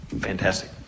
Fantastic